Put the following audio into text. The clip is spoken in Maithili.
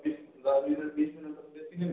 सुजीत बाबूके बीचमे तऽ देखने छिअनि